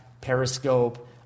Periscope